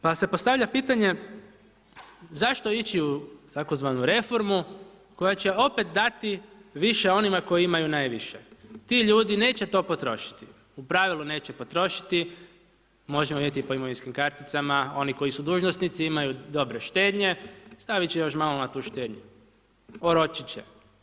Pa se postavlja pitanje, zašto ići u tzv. reformu, koja će opet dati više onima koji imaju najviše, ti ljudi neće to potrošiti, u pravilu neće potrošiti, možemo vidjeti po imovinskim karticama, oni koji su dužnosnici imaju dobre štednje, staviti ću još malo na tu štednju, oročiti ću.